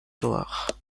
durch